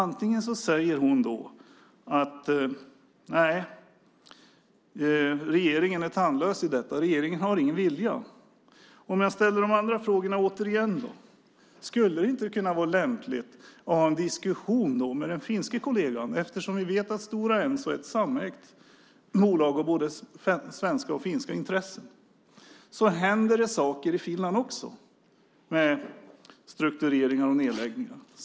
Då säger hon att nej, regeringen är tandlös i detta fall, att regeringen inte har någon vilja. Jag ställer då de andra frågorna återigen: Skulle det inte kunna vara lämpligt att ha en diskussion med den finske kollegan? Vi vet att Stora Enso är ett samägt bolag med både svenska och finska intressen och att det också händer saker i Finland med omstruktureringar och nedläggningar.